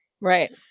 Right